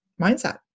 Mindset